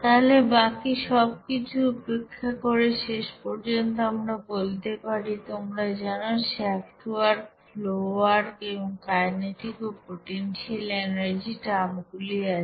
তাহলে বাকি সবকিছু উপেক্ষা করে শেষ পর্যন্ত আমরা বলতে পারি তোমরা জানো স্যাফট ওয়ার্ক ফ্লো ওয়ার্ক এবং কাইনেটিক ও পোটেনশিয়াল এনার্জি টার্ম গুলি আছে